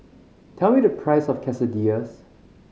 tell me the price of Quesadillas